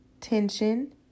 tension